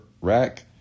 rack